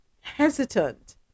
hesitant